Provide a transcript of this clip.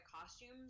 costumes